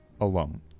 alone